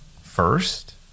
first